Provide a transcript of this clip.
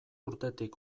urtetik